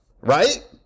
right